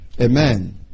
Amen